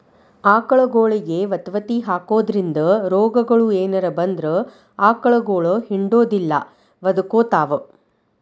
ಆಕಳಗೊಳಿಗೆ ವತವತಿ ಹಾಕೋದ್ರಿಂದ ರೋಗಗಳು ಏನರ ಬಂದ್ರ ಆಕಳಗೊಳ ಹಿಂಡುದಿಲ್ಲ ಒದಕೊತಾವ